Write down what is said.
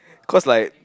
cause like